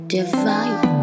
Divine